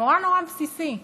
נורא נורא בסיסי,